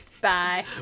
Bye